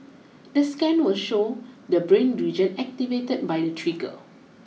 the scan will show the brain region activated by the trigger